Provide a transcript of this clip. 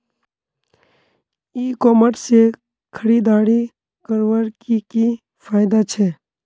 ई commerce से खरीदारी करवार की की फायदा छे?